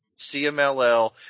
CMLL